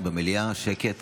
שקט